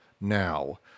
now